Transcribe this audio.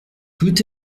tout